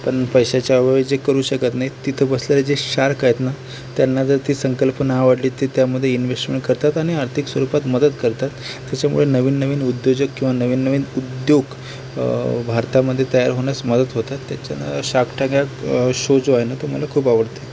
पण पैशाच्या अभावी जे करू शकत नाहीत तिथं बसलेले जे शार्क आहेत ना त्यांना जर ती संकल्पना आवडली ते त्यामध्ये इन्वेस्टमेंट करतात आणि आर्थिक स्वरूपात मदत करतात त्याच्यामुळे नवीन नवीन उद्योजक किंवा नवीन नवीन उद्योग भारतामध्ये तयार होण्यास मदत होते त्याच्यान शार्क टॅंक हा शो जो आहे ना तो मला खूप आवडते